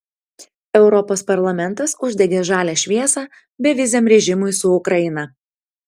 europos parlamentas uždegė žalią šviesą beviziam režimui su ukraina